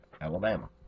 Alabama